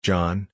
John